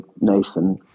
Nathan